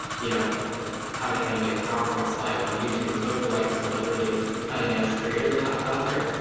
you know how to animate a powerpoint slide on youtube and look for like some of the really cutting edge creators out out there.